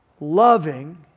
loving